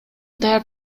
даяр